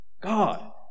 God